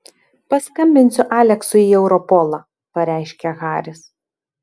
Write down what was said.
paskambinsiu aleksui į europolą pareiškė haris